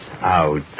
out